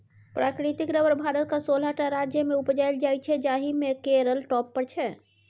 प्राकृतिक रबर भारतक सोलह टा राज्यमे उपजाएल जाइ छै जाहि मे केरल टॉप पर छै